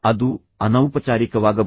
ಅದು ಅನೌಪಚಾರಿಕವಾಗಬಹುದು